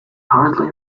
hardly